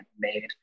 made